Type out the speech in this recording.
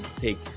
take